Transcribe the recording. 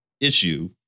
issue